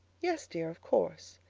yes, dear, of course.